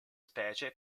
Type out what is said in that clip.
specie